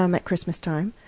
um at christmastime.